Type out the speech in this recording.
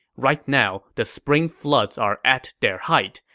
right now, the spring floods are at their height,